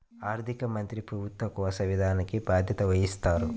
ఆర్థిక మంత్రి ప్రభుత్వ కోశ విధానానికి బాధ్యత వహిస్తారు